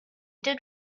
did